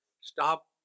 stop